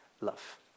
love